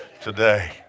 today